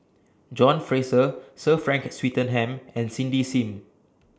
John Fraser Sir Frank Swettenham and Cindy SIM